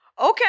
okay